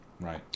Right